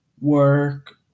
work